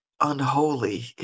unholy